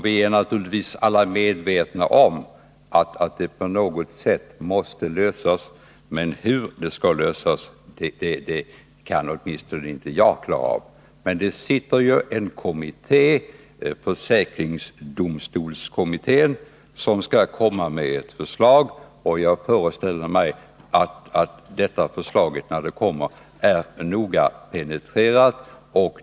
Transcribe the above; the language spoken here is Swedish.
Vi är naturligtvis alla medvetna om att problemen på något sätt måste lösas, men hur de skall lösas kan åtminstone inte jag ge något klart besked om. Men man har ju tillsatt en kommitté, försäkringsdomstolskommittén, som skall framlägga ett förslag. Jag föreställer mig att problemen, när förslaget kommer, är noga penetrerade.